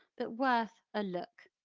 but worth a look.